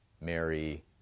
Mary